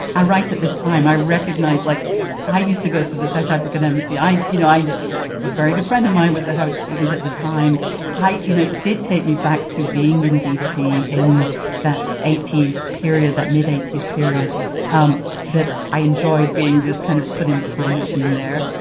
i write at this time i recognized like i used to go to the south african embassy i you know i a very good friend of mine was a harvard student at the time i you know did take me back to being in d c. in that eighty s period that mid eighty s period um that i enjoyed being just kind of put in the time machine there.